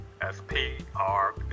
S-P-R